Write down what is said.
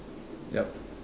yup